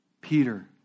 Peter